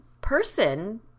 person